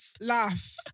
laugh